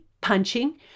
punching